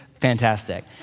fantastic